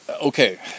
Okay